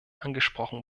angesprochen